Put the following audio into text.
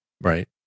Right